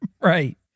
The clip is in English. Right